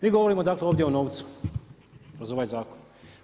Mi govorimo dakle, ovdje o novcu, kroz ovaj zakon.